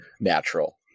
natural